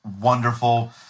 wonderful